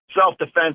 self-defense